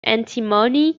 antimony